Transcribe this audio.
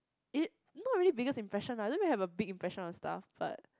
it not really biggest impression ah lemme have big impression on staff but